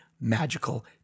magical